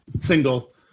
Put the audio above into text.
single